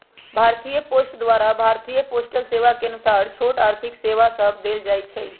भारतीय पोस्ट द्वारा भारतीय पोस्टल सेवा के अनुसार छोट आर्थिक सेवा सभ देल जाइ छइ